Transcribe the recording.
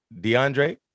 DeAndre